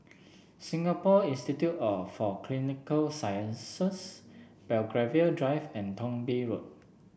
Singapore Institute for Clinical Sciences Belgravia Drive and Thong Bee Road